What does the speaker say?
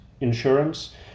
insurance